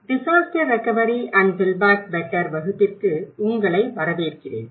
disaster recovery and build back better வகுப்பிற்கு உங்களை வரவேற்கிறேன்